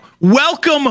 Welcome